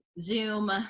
zoom